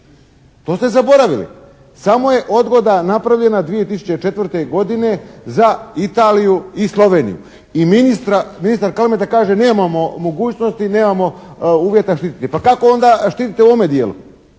To ste zaboravili. Samo je odgoda napravljena 2004. godine za Italiju i Sloveniju. I ministar Kalmeta kaže nemamo mogućnosti, nemamo uvjeta štititi. Pa kako onda štitite u ovome dijelu.